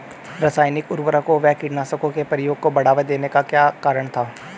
रासायनिक उर्वरकों व कीटनाशकों के प्रयोग को बढ़ावा देने का क्या कारण था?